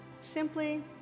simply